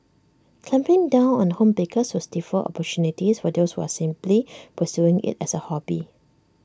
clamping down on home bakers would stifle opportunities for those who are simply pursuing IT as A hobby